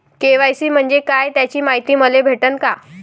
KYC म्हंजे काय त्याची मायती मले भेटन का?